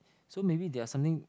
so maybe there are something